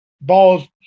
balls